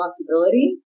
responsibility